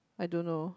I don't know